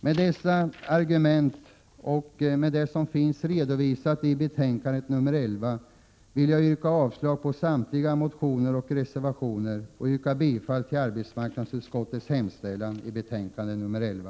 Med dessa argument och med stöd av vad som finns redovisat i betänkande 11 vill jag yrka avslag på samtliga motioner och reservationer och bifall till arbetsmarknadsutskottets hemställan i betänkande nr 11.